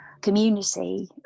community